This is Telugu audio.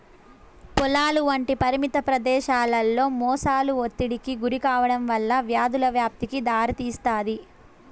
పొలాలు వంటి పరిమిత ప్రదేశాలలో మొసళ్ళు ఒత్తిడికి గురికావడం వల్ల వ్యాధుల వ్యాప్తికి దారితీస్తాది